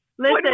Listen